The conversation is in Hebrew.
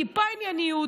טיפה ענייניות,